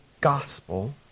gospel